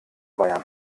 bayern